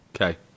Okay